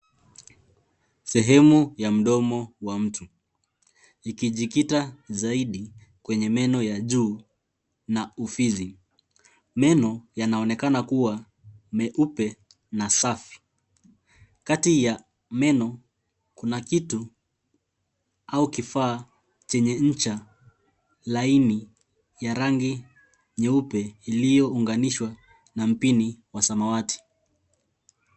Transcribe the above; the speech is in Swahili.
Sehemu ya mdomo wa mtu ikijikita zaidi kwenye meno ya juu na ufizi. Meno yanaonekana kuwa meupe na safi. Kati ya meno kuna kitu au kifaa chenye ncha laini ya rangi nyeupe iliyounganishwa na mpini wa samawati.